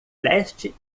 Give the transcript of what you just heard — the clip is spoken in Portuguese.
leste